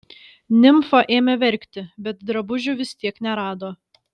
nimfa ėmė verkti bet drabužių vis tiek nerado